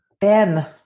ben